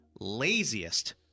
laziest